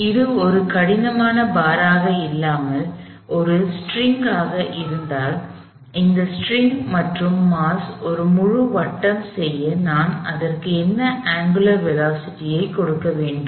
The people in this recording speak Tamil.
எனவே இது ஒரு கடினமான பாராக இல்லாமல் ஒரு ஸ்டிரிங் ஆக இருந்தால் இந்த ஸ்டிரிங் மற்றும் மாஸ் ஒரு முழு வட்டம் செய்ய நான் அதற்கு என்ன அங்குலர் திசைவேகத்தை கொடுக்க வேண்டும்